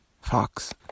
fox